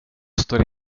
står